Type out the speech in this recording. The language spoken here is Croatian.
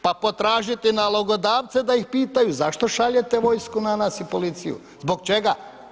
Pa potražiti nalogodavce da ih pitaju zašto šaljete vojsku na nas i policiju, zbog čega?